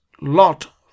lot